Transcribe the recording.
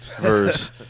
Verse